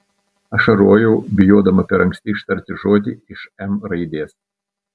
ašarojau bijodama per anksti ištarti žodį iš m raidės